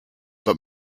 but